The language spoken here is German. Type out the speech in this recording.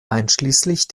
einschließlich